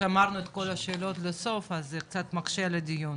שמרנו את כל השאלות לסוף, אז זה קצת מקשה לדיון.